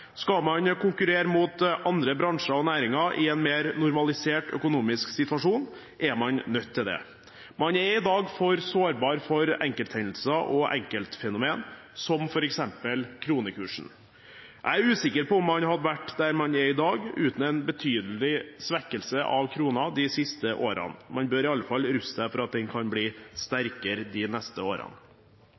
Skal man konkurrere mot andre bransjer og næringer i en mer normalisert økonomisk situasjon, er man nødt til det. Man er i dag for sårbar for enkelthendelser og enkeltfenomen som f.eks. kronekursen. Jeg er usikker på om man hadde vært der man er i dag, uten en betydelig svekkelse av kronen de siste årene. Man bør iallfall ruste seg for at den kan bli sterkere de neste årene.